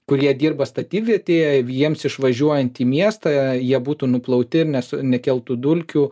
kurie dirba statybvietėje jiems išvažiuojant į miestą jie būtų nuplauti ir nes nekeltų dulkių